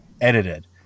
edited